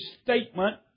statement